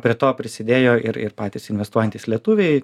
prie to prisidėjo ir ir patys investuojantys lietuviai